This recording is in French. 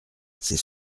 c’est